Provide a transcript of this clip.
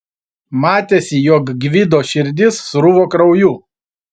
matėsi jog gvido širdis sruvo krauju